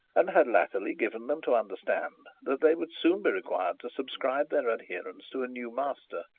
and had latterly given them to understand that they would soon be required to subscribe their adherence to a new master.